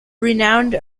renowned